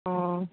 অ